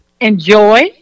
enjoy